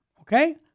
Okay